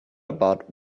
about